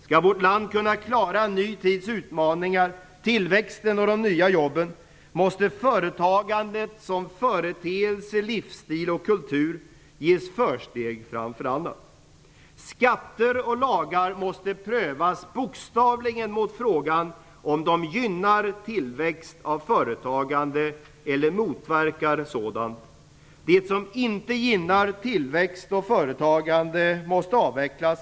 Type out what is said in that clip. Skall vårt land kunna klara en ny tids utmaningar, tillväxten och de nya jobben måste företagandet som företeelse, livsstil och kultur ges försteg framför annat. Skatter och lagar måste prövas bokstavligen mot frågan om de gynnar tillväxt av företagande eller motverkar sådant. Det som inte gynnar tillväxt av företagande måste avvecklas.